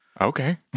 okay